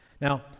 Now